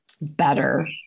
better